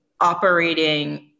operating